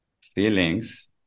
feelings